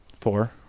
Four